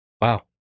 Wow